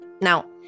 Now